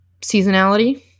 seasonality